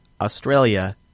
Australia